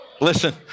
listen